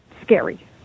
scary